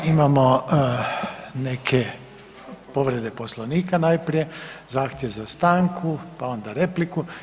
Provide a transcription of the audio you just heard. Imamo neke povrede Poslovnika najprije, zahtjev za stanku, pa onda repliku.